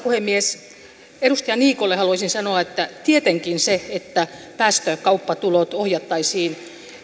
puhemies edustaja niikolle haluaisin sanoa että tietenkin se että päästökauppatulot ohjattaisiin